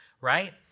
right